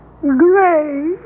Gray